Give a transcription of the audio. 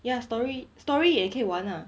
ya story story 也可以玩 lah